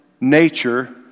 nature